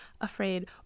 afraid